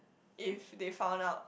if they found out